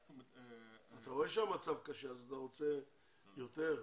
אתה רואה שהמצב קשה אז אתה רוצה יותר?